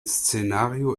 szenario